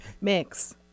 Mix